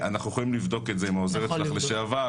אנחנו יכולים לבדוק את זה עם העוזרת שלך לשעבר,